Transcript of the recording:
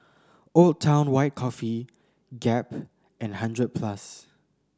Old Town White Coffee Gap and Hundred Plus